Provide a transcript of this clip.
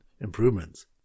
improvements